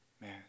man